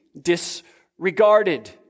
disregarded